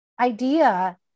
idea